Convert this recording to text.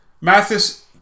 Mathis